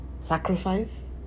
sacrifice